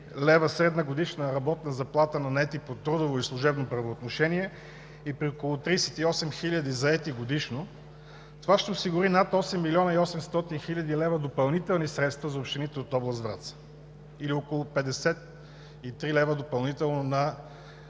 лв. средна годишна работна заплата на наети по трудово и служебно правоотношение и при около 38 хиляди заети годишно това ще осигури над 8 млн. 800 хил. лв. допълнителни средства за общините от област Враца, или около 53 лв. допълнително на